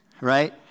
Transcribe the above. right